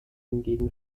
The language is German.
hingegen